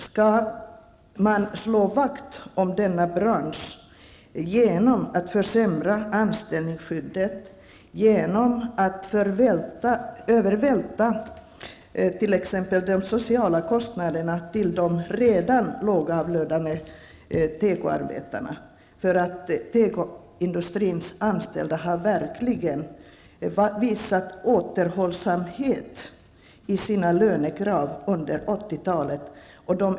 Skall man slå vakt om denna bransch genom att försämra anställningsskyddet för och övervältra t.ex. de sociala kostnaderna på de redan lågavlönade tekoarbetarna? Tekoindustrins anställda har verkligen visat återhållsamhet när det gäller lönekraven under 80-talet.